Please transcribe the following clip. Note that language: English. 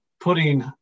putting